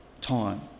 time